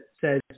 says